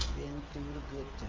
been through the good